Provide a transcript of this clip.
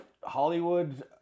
Hollywood